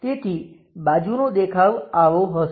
તેથી બાજુનો દેખાવ આવો હશે